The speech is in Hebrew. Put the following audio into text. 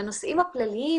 לנושאים הכלליים,